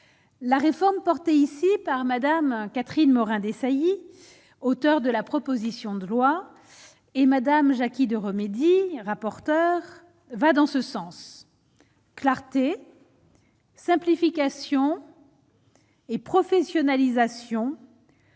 La réforme portée ici par Madame Catherine Morin-Desailly, auteur de la proposition de loi et Madame Jackie de remédie rapporteur va dans ce sens, clarté simplification et professionnalisation